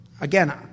again